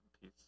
peace